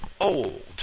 old